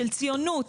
של ציונות,